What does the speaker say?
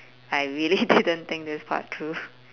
I really didn't think this part through